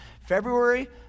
February